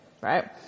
right